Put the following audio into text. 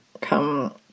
come